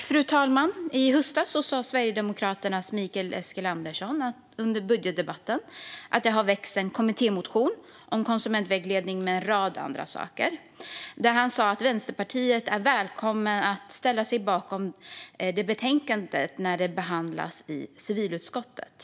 Fru talman! I höstas sa Sverigedemokraternas Mikael Eskilandersson under budgetdebatten att det har väckts en kommittémotion om konsumentvägledning och en rad andra saker. Han sa också att Vänsterpartiet är välkommet att ställa sig bakom den motionen när den behandlas i civilutskottet.